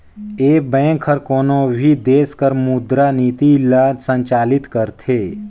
ए bank हर कोनो भी देस कर मुद्रा नीति ल संचालित करथे